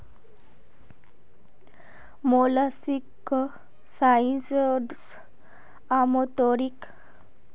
molluscicides आमतौरेर पर कृषि या बागवानीत इस्तमाल कराल जा छेक